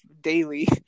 daily